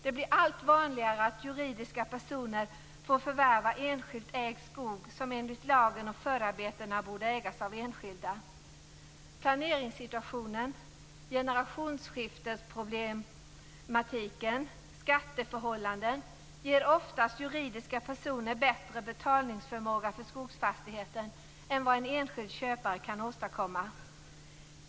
Det blir allt vanligare att juridiska personer får förvärva enskilt ägd skog som enligt lagen och förarbetena borde ägas av enskilda. Planeringssituationen, problem med generationsskiften och skatteförhållanden ger ofta juridiska personer bättre betalningsförmåga för skogsfastigheten än vad en enskild köpare kan åstadkomma.